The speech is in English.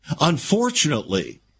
Unfortunately